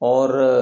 और